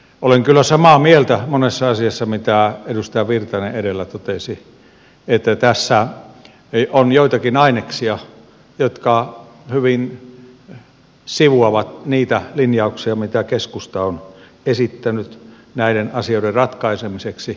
olen kyllä samaa mieltä monessa asiassa mitä edustaja virtanen edellä totesi että tässä on joitakin aineksia jotka hyvin sivuavat niitä linjauksia mitä keskusta on esittänyt näiden asioiden ratkaisemiseksi kotikuntamaakunta mallilla